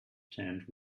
tent